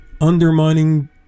undermining